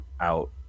out